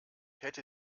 hätte